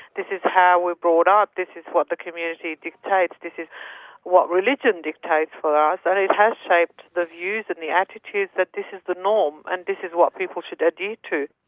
this is how we're brought up, this is what the community dictates, this is what religion dictates for ah us, and it has shaped the views and the attitudes that this is the norm, and this is what people should adhere to.